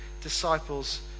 disciples